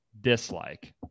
Dislike